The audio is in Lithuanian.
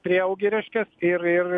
prieaugį reiškia ir ir